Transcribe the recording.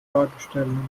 fahrgestellnummer